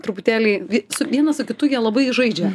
truputėlį su vienas su kitu jie labai žaidžia